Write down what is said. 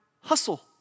hustle